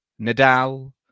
Nadal